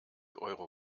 euro